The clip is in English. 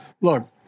Look